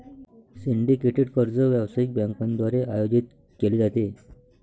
syndicated कर्ज व्यावसायिक बँकांद्वारे आयोजित केले जाते